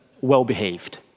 well-behaved